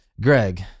Greg